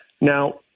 Now